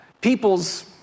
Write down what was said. people's